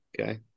Okay